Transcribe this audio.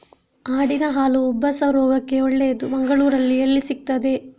ಆಡಿನ ಹಾಲು ಉಬ್ಬಸ ರೋಗಕ್ಕೆ ಒಳ್ಳೆದು, ಮಂಗಳ್ಳೂರಲ್ಲಿ ಎಲ್ಲಿ ಸಿಕ್ತಾದೆ?